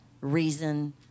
reason